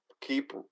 keep